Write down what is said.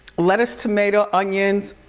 lettuce, tomato, onions,